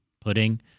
pudding